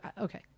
okay